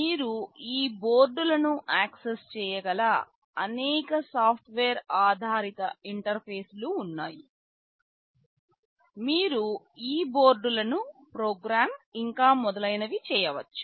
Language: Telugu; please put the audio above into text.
మీరు ఈ బోర్డులను యాక్సెస్ చేయగల అనేక సాఫ్ట్వేర్ ఆధారిత ఇంటర్ఫేస్లు ఉన్నాయి మీరు ఈ బోర్డులను ప్రోగ్రామ్ ఇంకా మొదలైనవి చేయవచ్చు